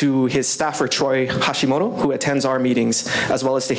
to his staff or troy hashimoto who attends our meetings as well as to